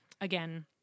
again